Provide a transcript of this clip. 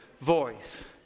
voice